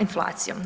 inflacijom.